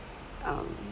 um